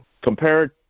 compared